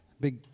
Big